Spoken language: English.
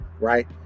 right